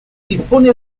dispone